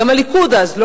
גם הליכוד אז לא